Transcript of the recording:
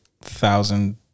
thousand